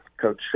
coach